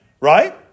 right